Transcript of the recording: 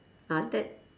ah that